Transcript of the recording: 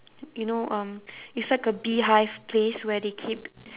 you know um it's like a beehive place where they keep